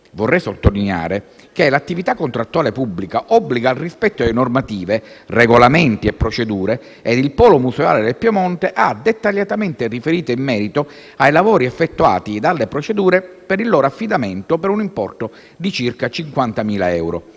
Vorrei sottolineare che l'attività contrattuale pubblica obbliga al rispetto di normative, regolamenti e procedure ed il Polo museale del Piemonte ha dettagliatamente riferito in merito ai lavori effettuati ed alle procedure per il loro affidamento per un importo di circa 50.000 euro.